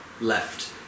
left